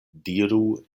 diru